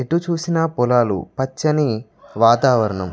ఎటు చూసినా పొలాలు పచ్చని వాతావరణం